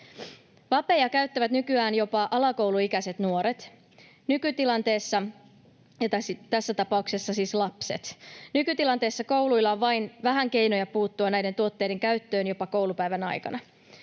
Vapeja käyttävät nykyään jopa alakouluikäiset nuoret — ja tässä tapauksessa siis lapset. Nykytilanteessa kouluilla on vain vähän keinoja puuttua näiden tuotteiden käyttöön jopa koulupäivän aikana.